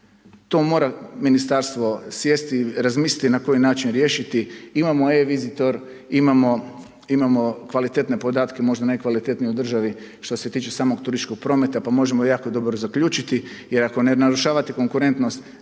To mora ministarstvo sjesti, razmisliti na koji način riješiti, imamo e-vizitor, imamo kvalitetne podatke, možda najkvalitetnije u državi što se tiče samog turističkog prometa, pa možemo jako dobro zaključiti, jer ako ne narušavate konkurentnost